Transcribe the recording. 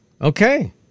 Okay